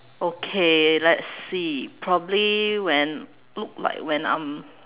okay let's see probably when look like when I'm